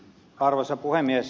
arvoisa puhemies